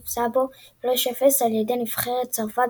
והובסה בו 0 - 3 על ידי נבחרת צרפת